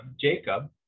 Jacob